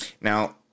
Now